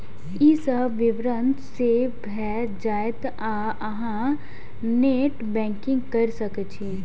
ई सब विवरण सेव भए जायत आ अहां नेट बैंकिंग कैर सकै छी